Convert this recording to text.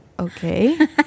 okay